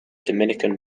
dominican